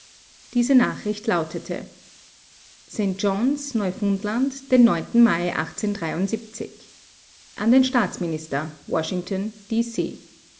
diese nachricht lautete mai an den staatsminister washington